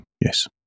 yes